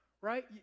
right